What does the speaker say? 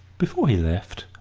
before he left,